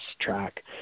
track